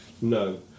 no